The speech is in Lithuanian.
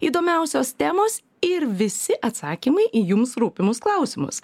įdomiausios temos ir visi atsakymai į jums rūpimus klausimus